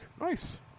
Nice